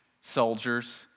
soldiers